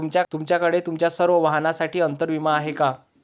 तुमच्याकडे तुमच्या सर्व वाहनांसाठी अंतर विमा आहे का